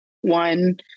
one